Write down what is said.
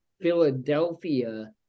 Philadelphia